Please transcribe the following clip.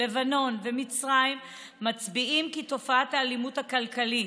בלבנון ובמצרים מצביעים כי תופעת האלימות הכלכלית